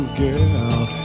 girl